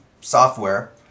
software